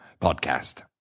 Podcast